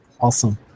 awesome